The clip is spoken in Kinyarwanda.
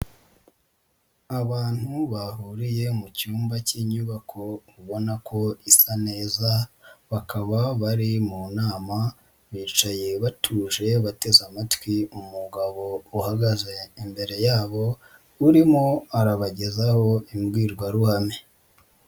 Abantu bahuriye mu cyumba cy'inyubako ubona ko isa neza, bakaba bari mu nama, bicaye batuje bateze amatwi umugabo uhagaze imbere yabo, urimo arabagezaho imbwirwaruhame.